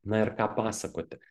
na ir ką pasakoti